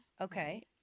Okay